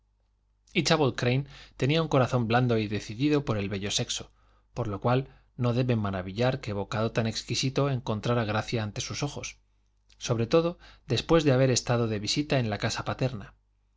tenía un corazón blando y decidido por el bello sexo por lo cual no debe maravillar que bocado tan exquisito encontrara gracia ante sus ojos sobre todo después de haber estado de visita en la casa paterna